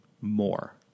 more